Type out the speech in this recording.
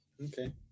Okay